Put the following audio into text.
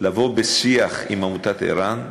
לבוא בשיח עם עמותת ער"ן.